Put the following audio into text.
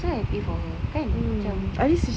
I so happy for her kan macam